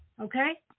Okay